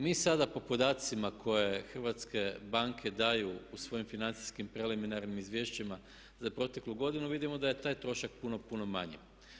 Mi sada po podacima koje hrvatske banke daju u svojim financijskim preliminarnim izvješćima za proteklu godinu vidimo da je taj trošak puno puno manji.